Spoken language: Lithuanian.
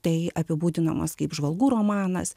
tai apibūdinamas kaip žvalgų romanas